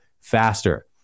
faster